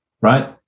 right